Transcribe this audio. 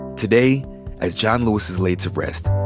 today as john lewis is laid to rest,